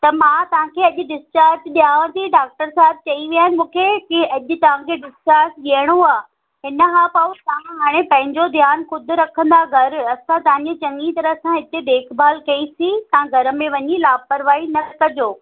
त मां तव्हांखे अॼु डिस्चार्ज ॾियांव थी डाक्टर साहिब चई विया आहिनि मूंखे की अॼु तव्हांखे डिस्चार्ज ॾियणो आहे हिन खां पोइ तव्हां हाणे पंहिंजो ध्यानु ख़ुदि रखंदा घरु असां तव्हांजी चङी तरह सां हिते देखभाल कईसीं तव्हां घर में वञी लापरवाही न कजो